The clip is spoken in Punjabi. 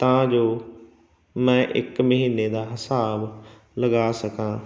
ਤਾਂ ਜੋ ਮੈਂ ਇੱਕ ਮਹੀਨੇ ਦਾ ਹਿਸਾਬ ਲਗਾ ਸਕਾਂ